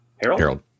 Harold